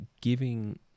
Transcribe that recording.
giving